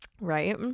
Right